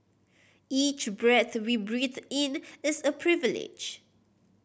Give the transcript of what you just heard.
each breath we breathe in is a privilege